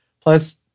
plus